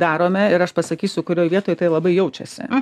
darome ir aš pasakysiu kurioje vietoj tai labai jaučiasi